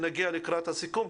נגיע לזה לקראת הסיכום.